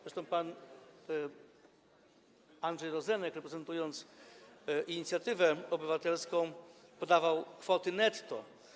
Zresztą pan Andrzej Rozenek, reprezentując inicjatywę obywatelską, podawał kwoty netto.